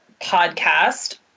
podcast